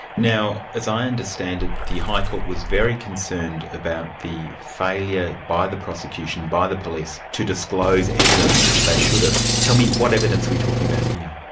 now as i understand it, the high court was very concerned about the failure by the prosecution by the police, to disclose evidence which they should have. tell me, what evidence are we talking about here?